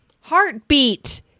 Heartbeat